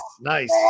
nice